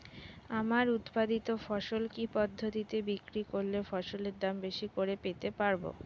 আমার উৎপাদিত ফসল কি পদ্ধতিতে বিক্রি করলে ফসলের দাম বেশি করে পেতে পারবো?